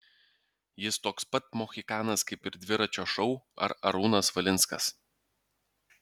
jis toks pat mohikanas kaip ir dviračio šou ar arūnas valinskas